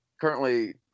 Currently